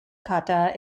kata